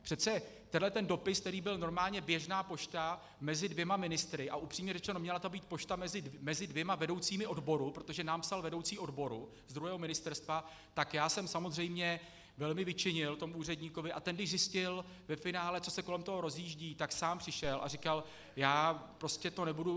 Přece tenhle dopis, který byl normálně běžná pošta mezi dvěma ministry, a upřímně řečeno, měla to být pošta mezi dvěma vedoucími odboru, protože nám psal vedoucí odboru ze druhého ministerstva, tak já jsem samozřejmě velmi vyčinil tomu úředníkovi, a ten když zjistil ve finále, co se kolem toho rozjíždí, tak sám přišel a říkal: Já prostě to nebudu...